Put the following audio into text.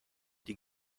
die